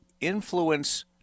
influence